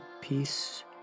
peace